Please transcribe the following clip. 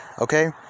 Okay